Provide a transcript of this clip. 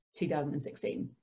2016